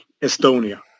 Estonia